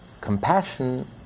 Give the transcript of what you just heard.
compassion